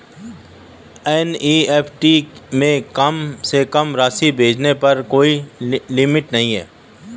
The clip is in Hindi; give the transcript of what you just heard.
एन.ई.एफ.टी में कम से कम राशि भेजने पर कोई लिमिट नहीं है